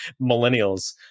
millennials